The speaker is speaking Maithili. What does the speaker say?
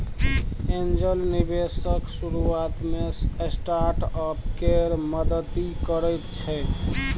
एंजल निबेशक शुरुआत मे स्टार्टअप केर मदति करैत छै